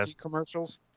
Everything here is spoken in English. commercials